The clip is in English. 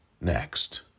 next